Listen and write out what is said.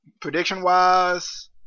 Prediction-wise